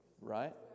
Right